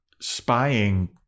spying